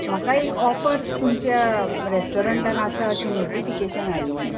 म्हाका एक ऑफर तुमच्या रेस्टोरेंटांत आसा अशें नोटिफिकेशन आयिल्लें